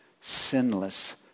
sinless